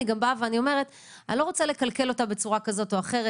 אני גם באה ואומרת: אני לא רוצה לקלקל אותה בצורה כזו או אחרת.